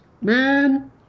man